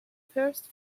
first